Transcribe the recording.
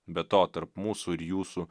be to tarp mūsų ir jūsų